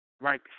right